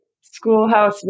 Schoolhouse